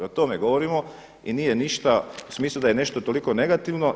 O tome govorimo i nije ništa u smislu da je nešto toliko negativno.